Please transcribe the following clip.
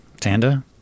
Tanda